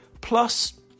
plus